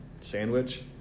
sandwich